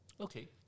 Okay